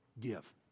Give